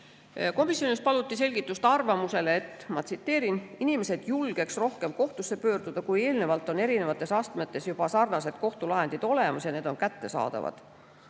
Komisjonis paluti selgitust arvamusele, et – ma tsiteerin – inimesed julgeks rohkem kohtusse pöörduda, kui eelnevalt on erinevates astmetes juba sarnased kohtulahendid olemas ja need on kättesaadavad.